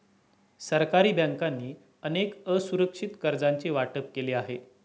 सरकारी बँकांनी अनेक असुरक्षित कर्जांचे वाटप केले आहे